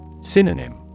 Synonym